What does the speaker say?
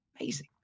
Amazing